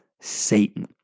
Satan